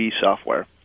software